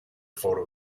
photo